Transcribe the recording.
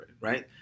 right